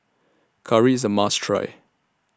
Curry IS A must Try